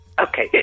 Okay